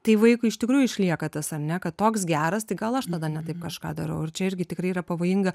tai vaikui iš tikrųjų išlieka tas ar ne kad toks geras tai gal aš tada ne taip kažką darau ir čia irgi tikrai yra pavojinga